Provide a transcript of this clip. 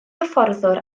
hyfforddwr